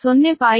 20 per unit